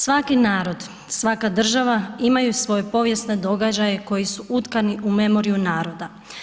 Svaki narod, svaka država imaju svoje povijesne događaje koji su utkanu u memoriju naroda.